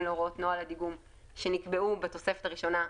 להוראות נוהל הדיגום שנקבעו בתוספת הראשונה,